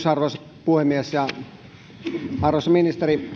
arvoisa puhemies arvoisa ministeri